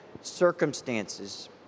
circumstances